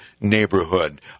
neighborhood